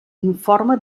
informe